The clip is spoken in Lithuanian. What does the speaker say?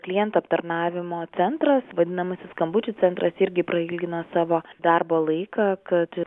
klientų aptarnavimo centras vadinamasis skambučių centras irgi prailgina savo darbo laiką kad